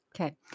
Okay